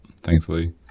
thankfully